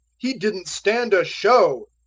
he didn't stand a show.